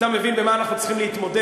אתה מבין עם מה אנחנו צריכים להתמודד?